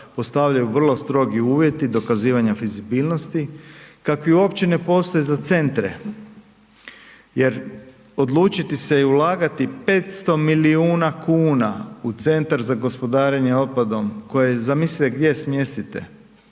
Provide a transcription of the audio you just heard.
postavljaju vrlo strogi uvjeti dokazivanja fizibilnosti kakvi uopće ne postoje za centre jer odlučiti se i ulagati 500 milijuna kuna u centar za gospodarenje otpadom koje zamislite gdje smjestite,